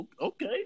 okay